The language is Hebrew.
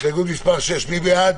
ההסתייגות לא התקבלה.